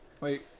Wait